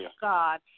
God